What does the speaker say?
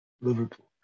Liverpool